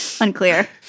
Unclear